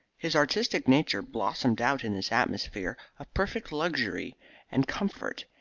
his artistic nature blossomed out in this atmosphere of perfect luxury and comfort,